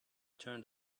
turned